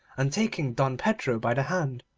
and taking don pedro by the hand,